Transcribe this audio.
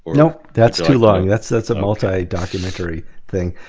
no that's too long that's that's a multi documentary thing.